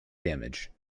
damage